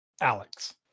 Alex